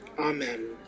Amen